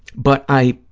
but i,